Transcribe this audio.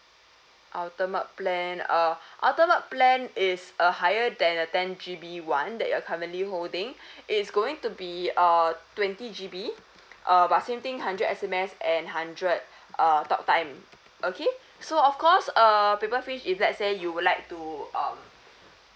ultimate plan uh ultimate plan is uh higher than the ten G B one that you're currently holding it's going to be uh twenty G B uh but same thing hundred S_M_S and hundred uh talk time okay so of course err paper fish if let's say you would like to um